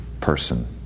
person